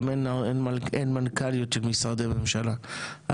גם אין מנכ"ליות של משרדי ממשלה,